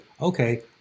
Okay